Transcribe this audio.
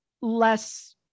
less